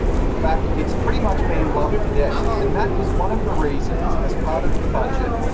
in fact, it's pretty much been loved to death, and that is one of the reasons, as part of the budget,